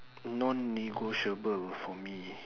non negotiable for me